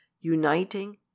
uniting